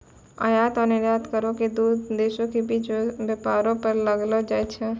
आयात या निर्यात करो के दू देशो के बीच व्यापारो पर लगैलो जाय छै